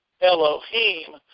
Elohim